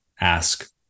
ask